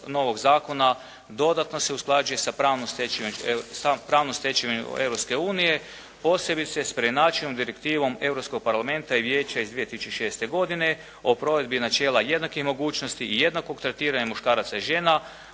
dodatno se usklađuje sa pravnom stečevinom Europske unije posebice s preinačenom direktivom Europskog parlamenta i Vijeća iz 2006. godine o provedbi načela jednakih mogućnosti i jednakog tretiranja muškaraca i žena